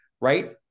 right